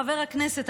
חבר הכנסת,